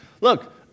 Look